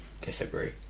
Disagree